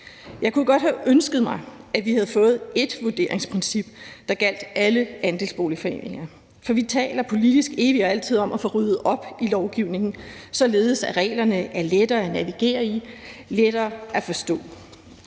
Jeg kunne godt have ønsket mig, at vi havde fået ét vurderingsprincip, der gjaldt alle andelsboligforeninger. Politisk taler vi evig og altid om at få ryddet op i lovgivningen, således at reglerne bliver lettere at navigere i, lettere at forstå,